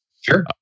Sure